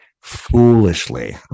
foolishly